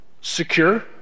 secure